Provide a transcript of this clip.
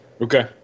Okay